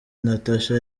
natacha